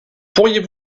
pourriez